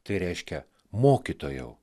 tai reiškia mokytojau